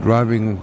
Driving